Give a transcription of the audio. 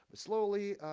slowly,